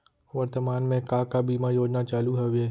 वर्तमान में का का बीमा योजना चालू हवये